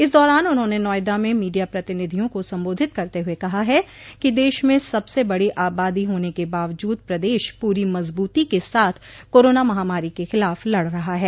इस दौरान उन्होंने नोएडा में मीडिया प्रतिनिधियों को संबोधित करते हुए कहा है कि देश में सबसे बड़ी आबादी होने के बावजूद प्रदेश पूरी मजबूती के साथ कोरोना महामारो के खिलाफ लड़ रहा है